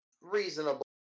Reasonable